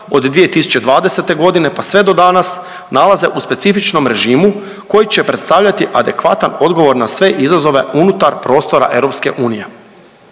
od 2020.g. pa sve do danas nalaze u specifičnom režimu koji će predstavljati adekvatan odgovor na sve izazove unutar prostora EU.